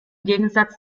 gegensatz